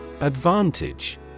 Advantage